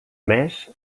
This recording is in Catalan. més